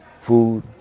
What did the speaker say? food